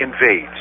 invades